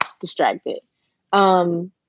distracted